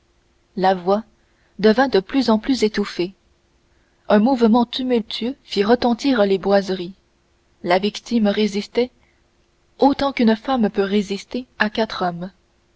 la voix devint de plus en plus étouffée un mouvement tumultueux fit retentir les boiseries la victime résistait autant qu'une femme peut résister à quatre hommes